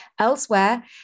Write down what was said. Elsewhere